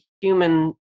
human